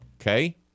Okay